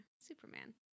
Superman